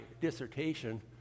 dissertation